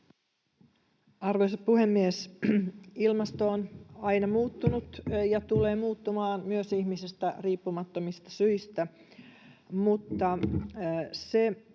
Arvoisa puhemies! Ilmasto on aina muuttunut ja tulee muuttumaan myös ihmisestä riippumattomista syistä,